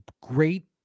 great